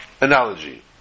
analogy